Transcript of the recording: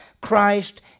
Christ